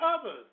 others